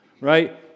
Right